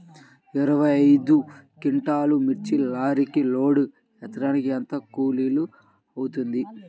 ఇరవై ఐదు క్వింటాల్లు మిర్చి లారీకి లోడ్ ఎత్తడానికి ఎంత కూలి అవుతుంది?